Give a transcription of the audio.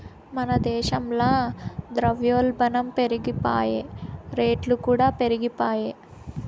మన దేశంల ద్రవ్యోల్బనం పెరిగిపాయె, రేట్లుకూడా పెరిగిపాయె